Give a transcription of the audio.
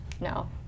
No